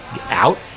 out